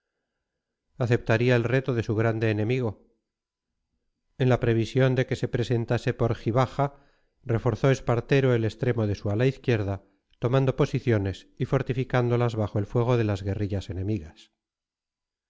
aceptaría el reto de su grande enemigo en la previsión de que se presentase por gibaja reforzó espartero el extremo de su ala izquierda tomando posiciones y fortificándolas bajo el fuego de las guerrillas enemigas